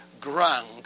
ground